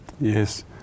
Yes